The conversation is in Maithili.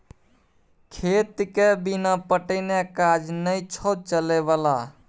खेतके बिना पटेने काज नै छौ चलय बला